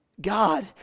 God